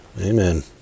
Amen